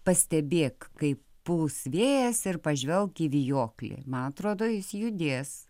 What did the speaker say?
pastebėk kaip pūs vėjas ir pažvelk į vijoklį man atrodo jis judės